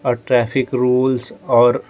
और traffic rules और